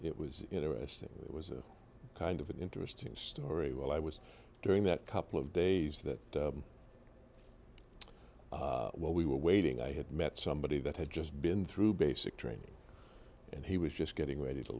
it was interesting it was kind of an interesting story while i was during that couple of days that well we were waiting i had met somebody that had just been through basic training and he was just getting ready to